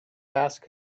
ask